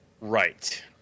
Right